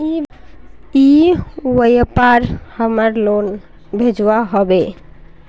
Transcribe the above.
ई व्यापार हमार लोन भेजुआ हभे?